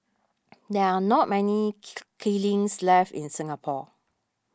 there are not many kilns left in Singapore